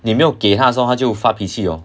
你没有给她说她就发脾气 lor